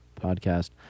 podcast